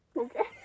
okay